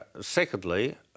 Secondly